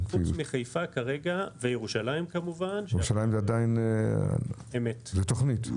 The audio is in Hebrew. חיפה וירושלים --- בירושלים זה עדיין תוכנית.